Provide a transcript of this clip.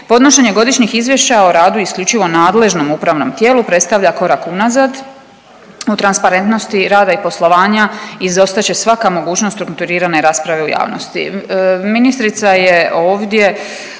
Podnošenje godišnjih izvješća o radu isključivo nadležnom upravnom tijelu predstavlja korak unazad u transparentnosti rada i poslovanja izostat će svaka mogućnost strukturirane rasprave u javnosti. Ministrica je ovdje